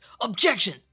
OBJECTION